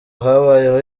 habayeho